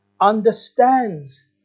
understands